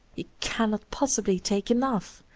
he cannot possibly take enough.